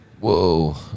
Whoa